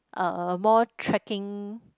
uh more tracking